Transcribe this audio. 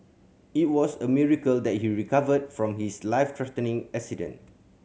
it was a miracle that he recovered from his life threatening accident